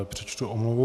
Přečtu omluvu.